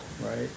right